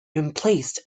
emplaced